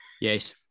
Yes